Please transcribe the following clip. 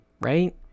right